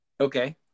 Okay